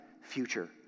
future